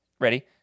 Ready